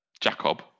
Jacob